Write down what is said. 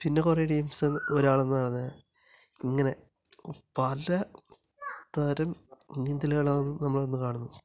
പിന്നെ കുറേ ടീംസ് അത് ഒരാള് എന്ന് പറഞ്ഞാല് ഇങ്ങനെ പല തരം നീന്തലുകളാണ് നമ്മളിന്ന് കാണുന്നത്